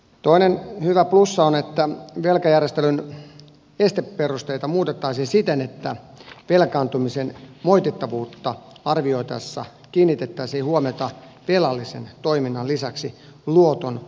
toinen hyvä plussa on että velkajärjestelyn esteperusteita muutettaisiin siten että velkaantumisen moitittavuutta arvioitaessa kiinnitettäisiin huomiota velallisen toiminnan lisäksi luotonantajan toimintaan